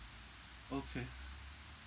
okay